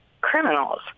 criminals